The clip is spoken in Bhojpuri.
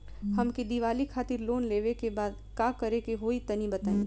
हमके दीवाली खातिर लोन लेवे के बा का करे के होई तनि बताई?